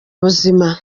buzima